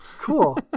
Cool